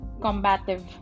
combative